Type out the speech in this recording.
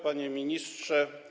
Panie Ministrze!